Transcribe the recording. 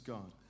God